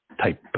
type